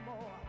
more